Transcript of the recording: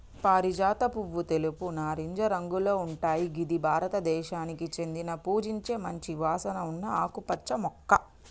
పారిజాత పువ్వు తెలుపు, నారింజ రంగులో ఉంటయ్ గిది భారతదేశానికి చెందిన పూజించే మంచి వాసన ఉన్న ఆకుపచ్చ మొక్క